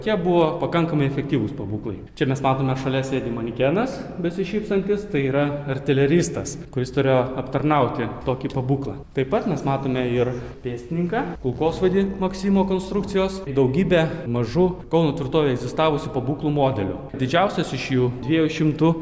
tie buvo pakankamai efektyvūs pabūklai čia mes matome šalia sėdi manekenas besišypsantis tai yra artileristas kuris turėjo aptarnauti tokį pabūklą taip pat mes matome ir pėstininką kulkosvaidį maksimo konstrukcijos daugybę mažų kauno tvirtovėj egzistavusių pabūklų modelių didžiausias iš jų dviejų šimtų